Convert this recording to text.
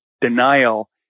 denial